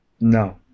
No